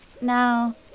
Now